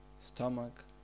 stomach